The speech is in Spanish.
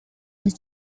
los